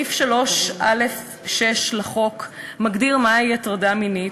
סעיף 3(א)(6) לחוק מגדיר מהי הטרדה מינית,